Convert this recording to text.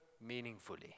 meaningfully